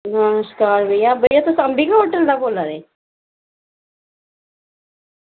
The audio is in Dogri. नमस्कार भइया तुस होटल दा बोल्ला दे